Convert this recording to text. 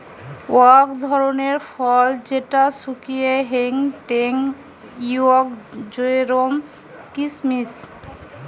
অক ধরণের ফল যেটা শুকিয়ে হেংটেং হউক জেরোম কিসমিস